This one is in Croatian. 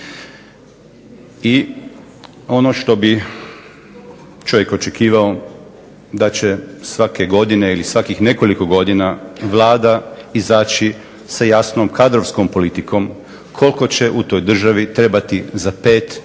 i ono što bi čovjek očekivao da će svake godine ili svakih nekoliko godina Vlada izaći sa jasnom kadrovskom politikom koliko će u toj državi trebati za 5, 10 ili